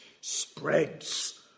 spreads